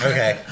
Okay